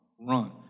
run